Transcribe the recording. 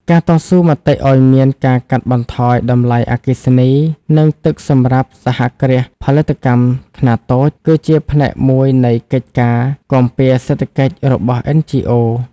ការតស៊ូមតិឱ្យមានការកាត់បន្ថយតម្លៃអគ្គិសនី និងទឹកសម្រាប់សហគ្រាសផលិតកម្មខ្នាតតូច គឺជាផ្នែកមួយនៃកិច្ចការគាំពារសេដ្ឋកិច្ចរបស់ NGOs។